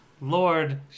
lord